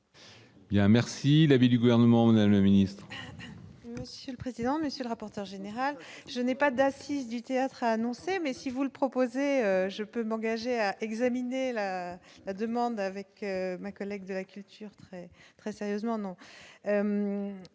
merci la vie du gouvernement, on a le ministre. Si le président, monsieur le rapporteur général, je n'ai pas d'assise du théâtre annoncée, mais si vous le proposez, je peux m'engager à examiner la demande avec ma collègue de la culture très, très sérieusement,